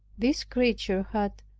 this creature had,